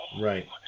Right